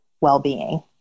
well-being